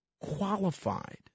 qualified